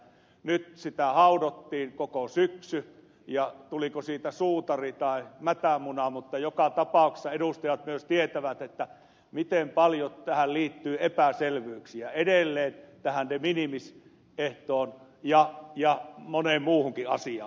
nyt sitä haudottiin koko syksy ja tuliko siitä suutari tai mätämuna mutta joka tapauksessa edustajat myös tietävät miten paljon tähän de minimis ehtoon ja moneen muuhunkin asiaan liittyy epäselvyyksiä edelleen